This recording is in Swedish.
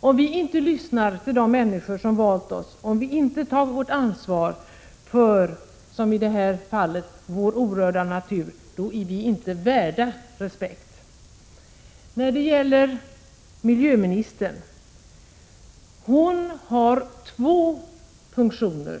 Oskar Lindkvist, vill jag säga att om vi inte lyssnar till de människor som valt oss och om vi inte tar vårt ansvar för — som i det här fallet — vår orörda natur, då är vi inte värda respekt. I fråga om miljöministern vill jag betona att hon har två funktioner.